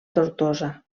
tortosa